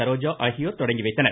சரோஜா அகியோர் தொடங்கி வைத்தனர்